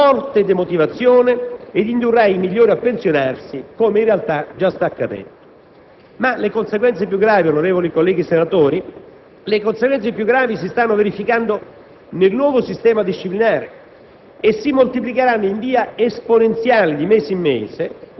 e la data di cessazione dal servizio, che suscita forte demotivazione ed indurrà i migliori a pensionarsi, come in realtà già sta accadendo. Tuttavia, le conseguenze più gravi si stanno verificando nel nuovo sistema disciplinare